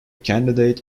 candidate